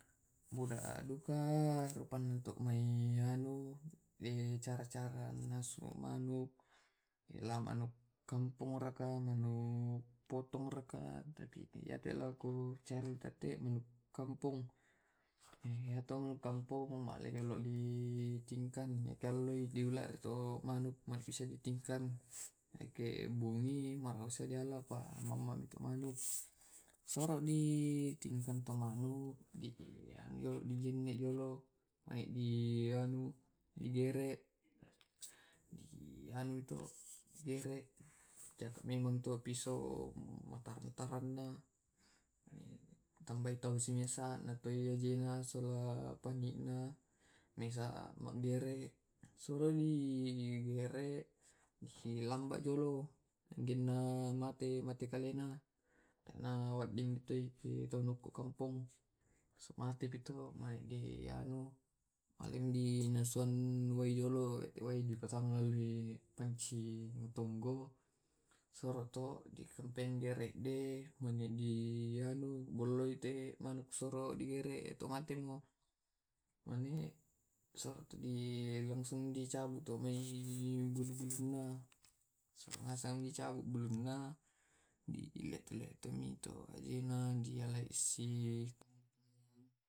Ya te manukki pu saraki na di puasaiari manu kampo to etona magere di nasuang wae lasso, na ngande sirang ngande pabuloi anu to diserang balassu na rawa rawa na lesso cakaruddui mai. Dialesso ngaseng buluna, iya di lappe na pasai tambukna na di tatak taka,. Nai surungaseng to masuru ngaseng to mapaccingmi biasana tu matollo dipattamai kurin dipattamai wai dipattamai kunyi, pattamai sia apa mai sarre masako penyedap rasa apa gula aku pun memanntimu manu manuk di nasu kede di acara enin raka anu manuk nasu kenni anu massang to siramung rampung to asyukureng tau lebaran idul adha atau lebaran idul fitri atau biasa na to acara acara purato garagai nasu manu di tllo atau manuk di goreng manuk di tunu